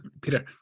Peter